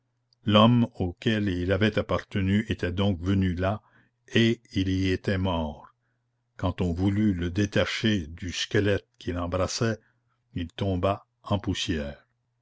l'homme auquel il avait appartenu était donc venu là et il y était mort quand on voulut le détacher du squelette qu'il embrassait il tomba en poussière